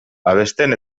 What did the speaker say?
abesten